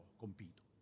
compito